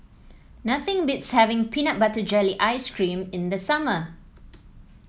nothing beats having Peanut Butter Jelly Ice cream in the summer